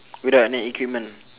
without any equipment